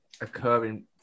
occurring